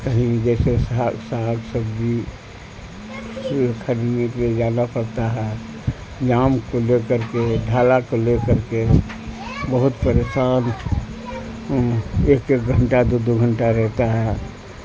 کہیں جیسے ساگ ساگ سبزی خرینے کے جانا پڑتا ہے نام کو لے کر کے ڈھالا کو لے کر کے بہت پریشان ایک ایک گھنٹہ دو دو گھنٹہ رہتا ہے